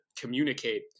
communicate